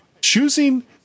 choosing